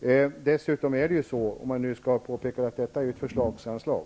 Dessutom är det så, om man nu skall behöva påpeka det, att detta är ett förslagsanslag.